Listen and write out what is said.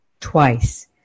Twice